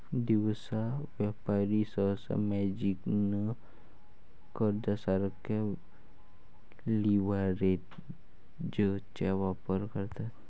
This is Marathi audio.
दिवसा व्यापारी सहसा मार्जिन कर्जासारख्या लीव्हरेजचा वापर करतात